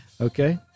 Okay